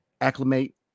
acclimate